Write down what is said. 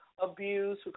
abuse